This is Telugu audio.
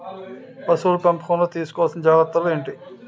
పశువుల పెంపకంలో తీసుకోవల్సిన జాగ్రత్తలు ఏంటి?